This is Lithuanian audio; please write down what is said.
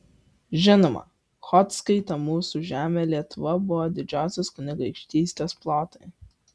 žinoma chodzkai ta mūsų žemė lietuva buvo didžiosios kunigaikštystės plotai